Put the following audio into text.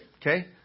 Okay